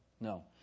No